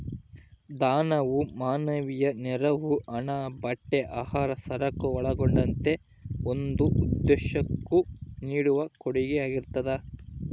ದಾನವು ಮಾನವೀಯ ನೆರವು ಹಣ ಬಟ್ಟೆ ಆಹಾರ ಸರಕು ಒಳಗೊಂಡಂತೆ ಒಂದು ಉದ್ದೇಶುಕ್ಕ ನೀಡುವ ಕೊಡುಗೆಯಾಗಿರ್ತದ